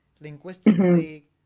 linguistically